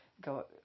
go